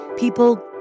People